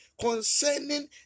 concerning